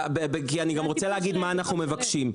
כי אני רוצה להגיד מה אנחנו מבקשים.